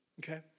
okay